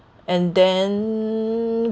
and then